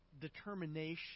determination